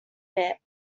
bit